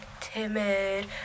timid